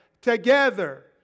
together